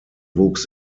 wuchs